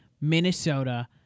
Minnesota